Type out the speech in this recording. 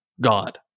God